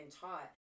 taught